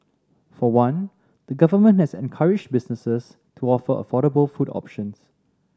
for one the government has encouraged businesses to offer affordable food options